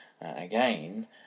again